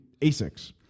ASICs